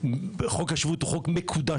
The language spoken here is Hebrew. - חוק השבות הוא הרי חוק מקודש